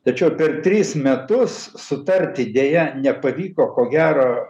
tačiau per tris metus sutarti deja nepavyko ko gero